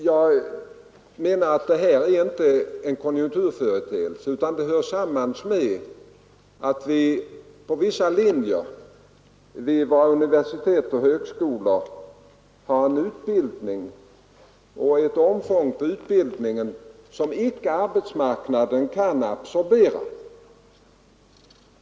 Jag menar att detta inte är en konjunkturföreteelse, utan att det hör samman med att vi på vissa linjer vid våra universitet och högskolor har en utbildning och ett omfång på utbildningen som arbetsmarknaden inte kan absorbera.